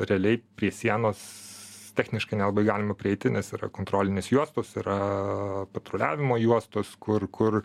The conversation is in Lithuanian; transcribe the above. realiai prie sienos techniškai nelabai galima prieiti nes yra kontrolinės juostos yra patruliavimo juostos kur kur